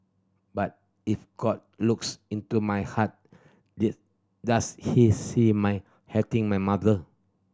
but if God looks into my heart does he see my hating my mother